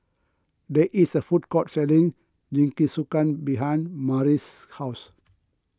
there is a food court selling Jingisukan behind Murry's house